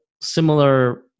similar